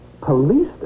Police